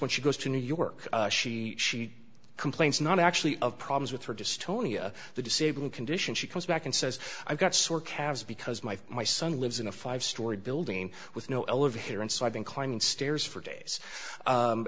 when she goes to new york she she complains not actually of problems with her just tonia the disabling condition she comes back and says i've got sore calves because my my son lives in a five story building with no elevator and so i've been climbing stairs for days